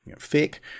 thick